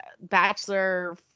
bachelor